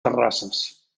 terrasses